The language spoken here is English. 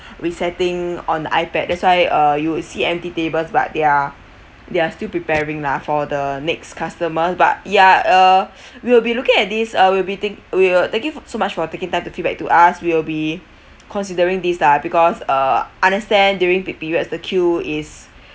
resetting on ipad that's why uh you will see empty tables but they are they are still preparing lah for the next customer but ya uh we will be looking at this uh we will be take we will taking so much for taking time to feedback to us we will be considering these lah because uh understand during peak periods the queue is